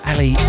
Ali